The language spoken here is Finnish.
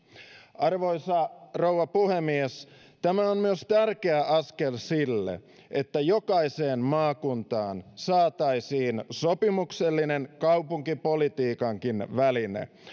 arvoisa rouva puhemies tämä on myös tärkeä askel sille että jokaiseen maakuntaan saataisiin sopimuksellinen kaupunkipolitiikankin väline